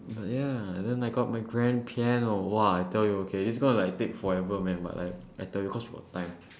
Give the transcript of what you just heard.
but yeah then I got my grand piano !wah! I tell you okay this gonna like take forever man but like I tell you cause we got time